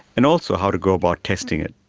and also how to go about testing it.